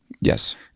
Yes